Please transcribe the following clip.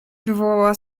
wywołała